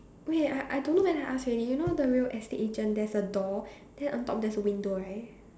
wait I I don't know whether I ask already you know the real estate agent there's a door then on top there's a window right